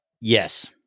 Yes